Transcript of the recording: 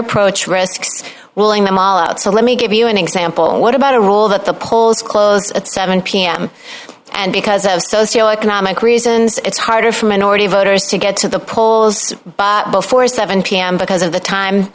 approach risks willing them all out so let me give you an example what about a rule that the polls close at seven pm and because of socioeconomic reasons it's harder for minority voters to get to the polls before seven pm because of the time